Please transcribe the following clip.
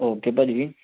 okay ਭਾਅ ਜੀ